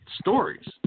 stories